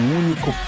único